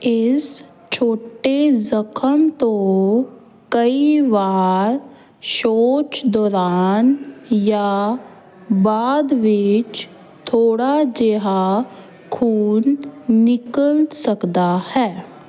ਇਸ ਛੋਟੇ ਜ਼ਖ਼ਮ ਤੋਂ ਕਈ ਵਾਰ ਸ਼ੌਚ ਦੌਰਾਨ ਜਾਂ ਬਾਅਦ ਵਿਚ ਥੋੜ੍ਹਾ ਜਿਹਾ ਖੂਨ ਨਿਕਲ ਸਕਦਾ ਹੈ